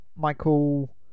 Michael